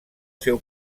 seu